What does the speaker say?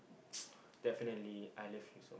definitely I love you so